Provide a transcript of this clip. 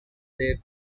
their